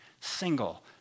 single